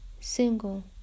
single